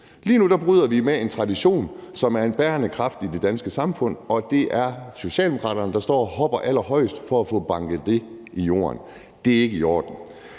Lige nu bryder vi med en tradition, som er en bærende kraft i det danske samfund, og det er Socialdemokraterne, der står og hopper allerhøjest for at få banket det i jorden. Det er ikke i orden.